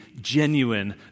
genuine